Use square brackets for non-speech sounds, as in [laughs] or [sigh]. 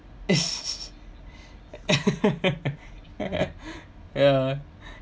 [laughs] ya [laughs]